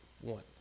one